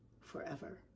forever